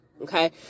okay